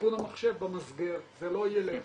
לתיקון המחשב במסגר, זה לא יילך.